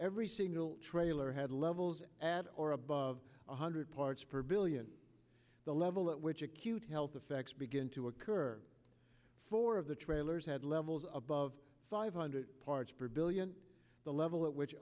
every single trailer had levels at or above one hundred parts per billion the level at which acute health effects begin to occur four of the trailers had levels above five hundred parts per billion the level at which